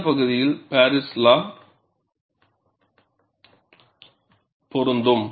இந்த பகுதியில் Paris law பொருந்தும்